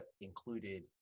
included